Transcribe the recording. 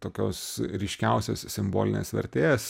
tokios ryškiausios simbolinės vertės